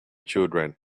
children